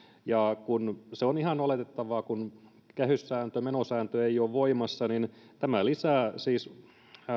ja se on ihan oletettavaa että kehyssääntö menosääntö ei ole voimassa ja tämä lisää siis